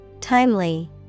Timely